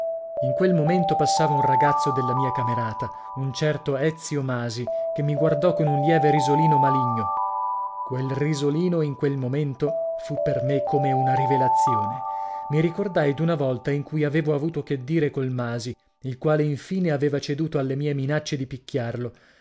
in quel momento passava un ragazzo della mia camerata un certo ezio masi che mi guardò con un lieve risolino maligno quel risolino in quel momento fu per me come una rivelazione i ricordai d'una volta in cui avevo avuto che dire col masi il quale infine aveva ceduto alle mie minacce di picchiarlo